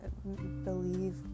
believe